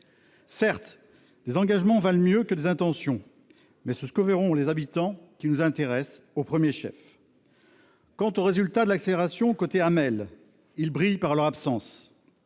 Certes, des engagements valent mieux que des intentions, mais c'est ce que verront les habitants qui nous intéresse au premier chef. Quant aux résultats de l'accélération dans les zones dites AMEL, ils brillent par leur absence.